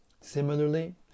Similarly